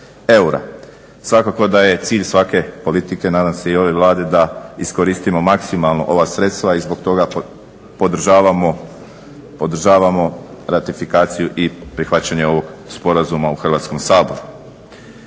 eura. Svakako da je cilj svake politike nadam se i ove Vlade da iskoristimo maksimalno ova sredstva i zbog toga podržavamo ratifikaciju i prihvaćanje ovog sporazuma u Hrvatskom saboru.